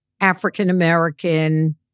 African-American